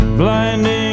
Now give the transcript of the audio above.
blinding